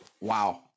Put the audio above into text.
Wow